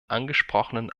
angesprochenen